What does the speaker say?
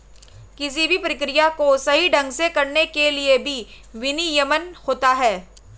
किसी भी प्रक्रिया को सही ढंग से करने के लिए भी विनियमन होता है